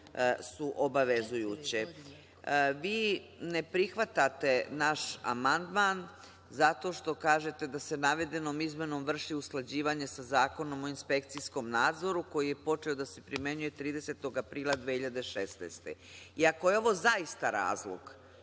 obavezujuće. Vi ne prihvatate naš amandman, zato što kažete da se navedenom izmenom vrši usklađivanje sa Zakonom o inspekcijskom nadzoru, koji je počeo da se primenjuje 30. aprila 2016. godine. Ako je ovo zaista razlog